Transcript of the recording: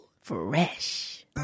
Fresh